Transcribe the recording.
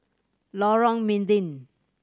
Lorong Mydin